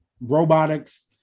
robotics